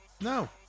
No